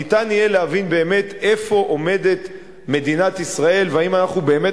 שלפיהם יהיה אפשר להבין באמת איפה מדינת ישראל עומדת ואם אנחנו באמת